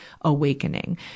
awakening